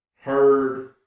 heard